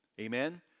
Amen